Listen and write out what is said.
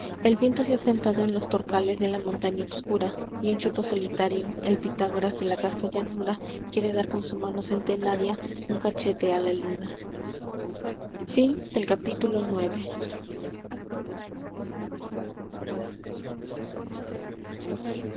el viento se ha sentado en los toréales le la montaña obscura y un chopo solitario el pitágoras de la casta llanura quiere dar con su mano centenaria un cachete a la luna